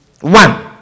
One